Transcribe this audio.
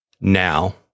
Now